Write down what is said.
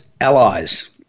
allies